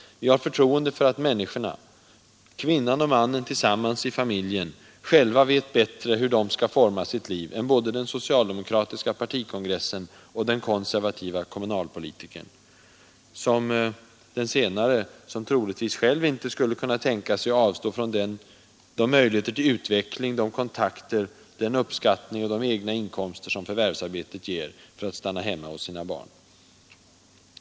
Vi har förtroende för att människorna — kvinnan och mannen tillsammans i familjen — själva vet bättre hur de skall forma sitt liv än både den socialdemokratiska partikongressen och den konservativa kommunalpolitikern — som troligtvis inte själv skulle kunna tänka sig att avstå från de möjligheter till utveckling, de kontakter, den uppskattning och de egna inkomster som förvärvsarbete ger, för att stanna hemma hos sina barn.